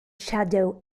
shadow